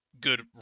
good